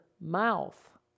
mouth